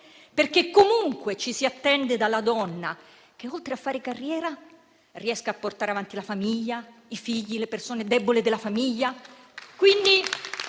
perché comunque ci si attende dalla donna che, oltre a fare carriera, riesca a portare avanti la famiglia, i figli, le persone deboli della famiglia